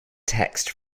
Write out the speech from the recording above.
text